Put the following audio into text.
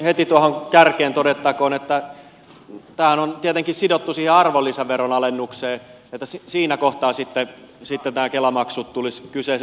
heti tuohon kärkeen todettakoon että tämähän on tietenkin sidottu siihen arvonlisäveron alennukseen että siinä kohtaa sitten nämä kela maksut tulisivat kyseeseen